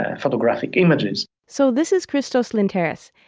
ah photographic images so this is christos lynteris.